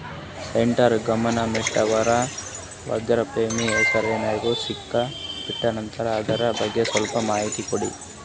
Central ಗವರ್ನಮೆಂಟನವರು ವಾಜಪೇಯಿ ಹೇಸಿರಿನಾಗ್ಯಾ scheme ಬಿಟ್ಟಾರಂತಲ್ಲ ಅದರ ಬಗ್ಗೆ ಸ್ವಲ್ಪ ಮಾಹಿತಿ ಕೊಡ್ರಿ?